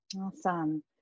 Awesome